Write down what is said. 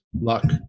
Luck